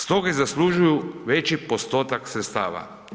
Stoga zaslužuju veći postotak sredstava.